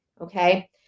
okay